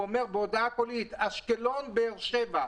אומר בהודעה קולית: אשקלון באר הבע,